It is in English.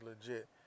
legit